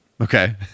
Okay